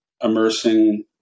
immersing